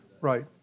Right